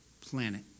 planet